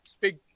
big